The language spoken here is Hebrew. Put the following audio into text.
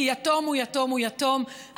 כי יתום הוא יתום הוא יתום,